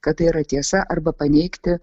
kad tai yra tiesa arba paneigti